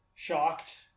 shocked